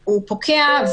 פוקע,